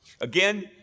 Again